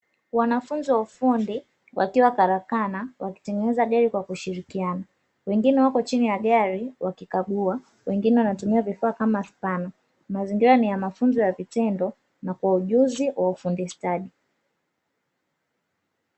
Wanafunzi wa ufundi wakiwa karakana wanatengeneza gari kwa kushirikiana, wengine wako chini ya gari wakikagua, wengine wanatumia vifaa kama spana, mazingira ni ya mafunzo kwa vitendo na kwa ujuzi wa ufundi stadi.